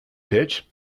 pitch